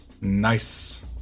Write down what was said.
Nice